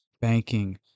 banking